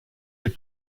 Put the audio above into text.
est